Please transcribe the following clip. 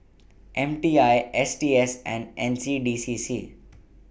M T I S T S and N C D C C